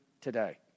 today